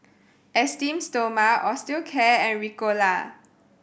Esteem Stoma Osteocare and Ricola